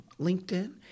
LinkedIn